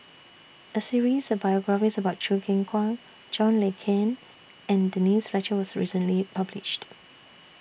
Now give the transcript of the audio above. A series of biographies about Choo Keng Kwang John Le Cain and Denise Fletcher was recently published